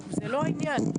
זה לא העניין.